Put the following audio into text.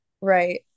Right